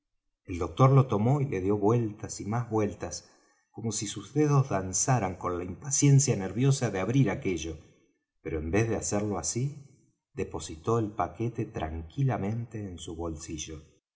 el doctor lo tomó y le dió vueltas y más vueltas como si sus dedos danzaran con la impaciencia nerviosa de abrir aquello pero en vez de hacerlo así depositó el paquete tranquilamente en su bolsillo